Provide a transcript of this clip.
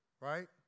Right